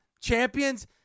champions